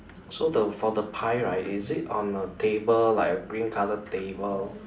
so the for the pie right is it on a table like a green colour table